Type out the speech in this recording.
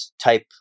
type